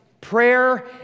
Prayer